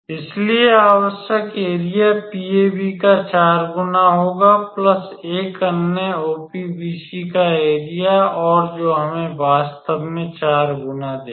इसलिए आवश्यक area PAB का 4 गुना होगा प्लस एक अन्य OPBC का एरिया और जो हमें वास्तव में 4 गुना देगा